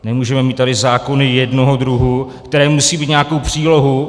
Nemůžeme tady mít zákony jednoho druhu, které musí mít nějakou přílohu.